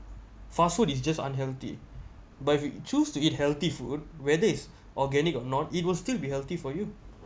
fast food is just unhealthy but if you choose to eat healthy food whether it's organic or not it will still be healthy for you